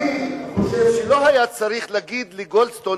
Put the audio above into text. אני חושב שלא היה צריך להגיד לגולדסטון,